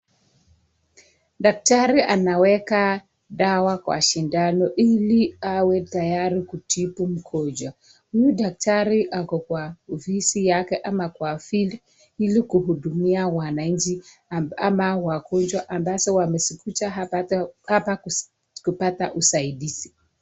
Daktari anaweka dawa kwa sindano ili awe tayari kutibu mgonjwa. Huyu daktari ako kwa ofisi yake ama kwa kliniki ili kuhudumia wananchi ama wagonjwa ambazo wamesikucha hapa kupata usaidizi.